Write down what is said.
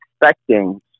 expecting